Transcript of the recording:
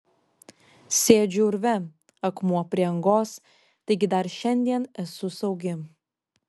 sėdžiu urve akmuo prie angos taigi dar šiandien esu saugi